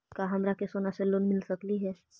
का हमरा के सोना से लोन मिल सकली हे?